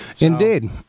Indeed